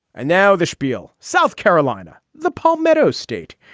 and now the schpiel, south carolina, the palmetto state,